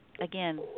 again